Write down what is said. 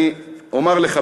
אני אומר לך,